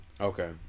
okay